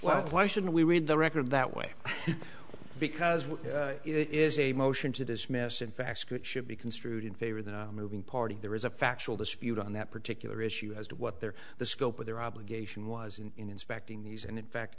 well why shouldn't we read the record that way because it is a motion to dismiss in fact should be construed in favor of moving parties there is a factual dispute on that particular issue as to what their the scope of their obligation was in inspecting these and in fact